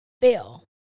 bill